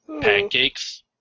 pancakes